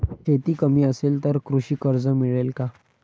शेती कमी असेल तर कृषी कर्ज मिळेल का?